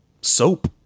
soap